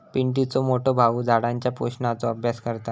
पिंटुचो मोठो भाऊ झाडांच्या पोषणाचो अभ्यास करता